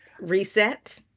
reset